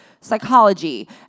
psychology